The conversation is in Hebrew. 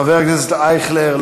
חבר הכנסת אייכלר,